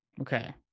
Okay